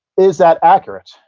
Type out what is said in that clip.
is that accurate?